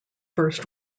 first